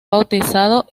bautizado